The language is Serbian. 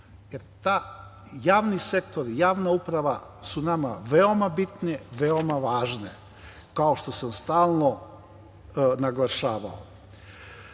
Javni sektor, javna uprava su nama veoma bitne, veoma važne, kao što sam stalno naglašavao. Naglašavam,